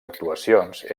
actuacions